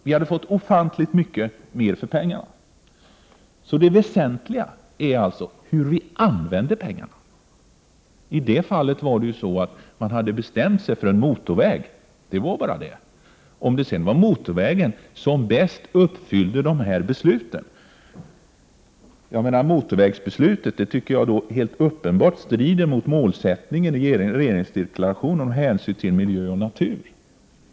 Vi hade fått ofantligt mycket mer för pengarna. Det väsentliga är alltså hur vi använder pengarna. När det gäller motorvägsbygget var det bara så att man hade bestämt sig för en motorväg utan hänsyn till om det var den bästa lösningen. Beslutet att bygga en motorväg tycker jag helt uppenbart strider mot vad som sägs i regeringsdeklarationen om hänsyn till miljö och natur.